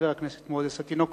חבר הכנסת מוזס, אל תשמח.